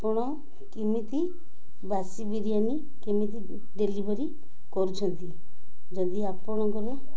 ଆପଣ କେମିତି ବାସି ବିରିୟାନୀ କେମିତି ଡ଼େଲିଭରି କରୁଛନ୍ତି ଯଦି ଆପଣଙ୍କର